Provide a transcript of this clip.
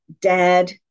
dad